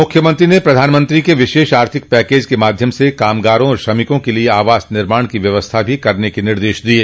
मुख्यमंत्री ने प्रधानमंत्री के विशेष आर्थिक पैकेज के माध्यम से कामगारों और श्रमिकों के लिए आवास निर्माण की व्यवस्था भी करने के निर्देश दिये